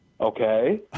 Okay